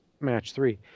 match-three